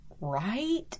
right